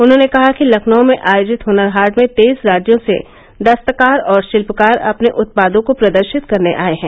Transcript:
उन्होंने कहा कि लखनऊ में आयोजित हुनर हाट में तेईस राज्यों से दस्तकार और शिल्पकार अपने उत्पादों को प्रदर्शित करने आए हैं